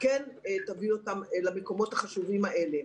תביא אותם למקומות החשובים האלה.